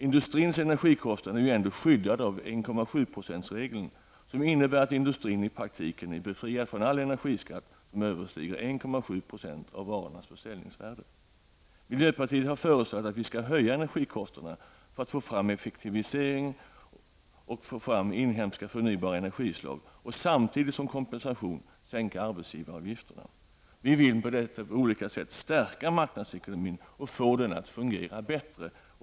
Industrins energikostnader är ju ändå skyddade av 1,7-procentsregeln som innebär att industrin i praktiken är befriad från all energiskatt som överstiger 1,7 % av varornas försäljningsvärde. Miljöpartiet har föreslagit att vi skall höja energikostnaderna för att åstadkomma effektivisering och få fram inhemska förnybara energislag och samtidigt som kompensation sänka arbetsgivaravgifterna. Vi vill på olika sätt stärka marknadsekonomin och få den att fungera bättre.